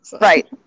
right